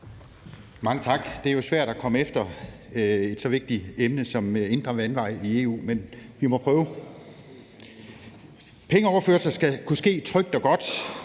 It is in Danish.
Mange tak. Det er jo svært at komme efter et så vigtigt emne som de indre vandveje i EU, men vi må prøve. Pengeoverførsler skal kunne ske trygt og godt,